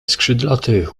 skrzydlaty